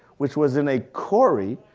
which was in a quarry,